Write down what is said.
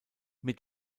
mit